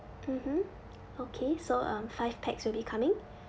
mmhmm okay so um five pax will be coming